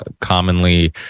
commonly